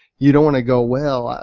you don't want to go, well,